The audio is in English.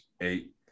eight